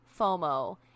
FOMO